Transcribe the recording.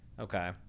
Okay